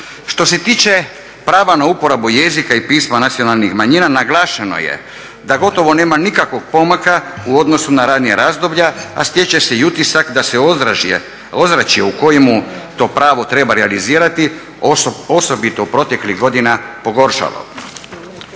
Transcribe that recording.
Što se tiče prava na uporabu jezika i pisma nacionalnih manjina naglašeno je da gotovo nema nikakvog pomaka u odnosu na ranija razdoblja, a stječe se i utisak da se ozračje u kojemu to pravo treba realizirati osobito proteklih godina pogoršalo.